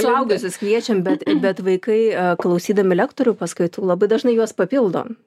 suaugusius kviečiam bet bet vaikai klausydami lektorių paskaitų labai dažnai juos papildo